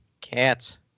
Cats